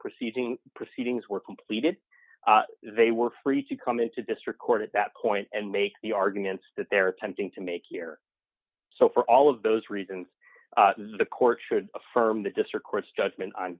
proceeding proceedings were completed they were free to come into district court at that point and make the arguments that they are attempting to make here so for all of those reasons the court should affirm the district court's judgment on